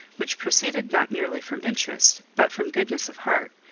which proceeded not merely from interest, but from goodness of heart,